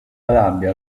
rabbia